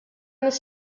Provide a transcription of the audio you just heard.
this